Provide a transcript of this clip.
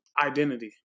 identity